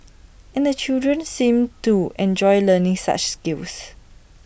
and the children seemed to enjoy learning such skills